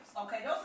Okay